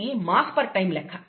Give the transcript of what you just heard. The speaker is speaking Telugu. ఇది మాస్ పర్ టైం లెక్క